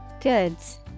Goods